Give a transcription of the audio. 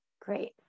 Great